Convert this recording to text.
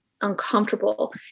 uncomfortable